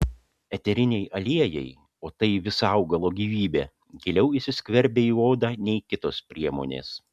eteriniai aliejai o tai visa augalo gyvybė giliau įsiskverbia į odą nei kitos priemonės